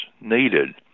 needed